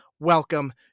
Welcome